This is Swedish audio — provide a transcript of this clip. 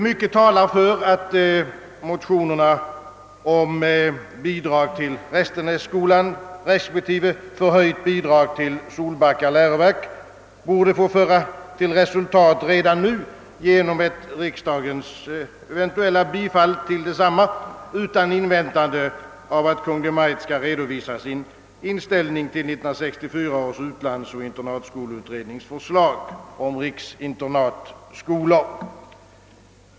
Mycket talar för att motionerna om bidrag till Restenässkolan respektive förhöjt bidrag till Solbacka läroverk borde få föra till resultat redan nu genom ett riksdagens eventuella bifall till desamma utan inväntande av att Kungl. Maj:t skall redovisa sin inställning till 1964 års utlandsoch internatskoleutrednings förslag om riksinternatskolor.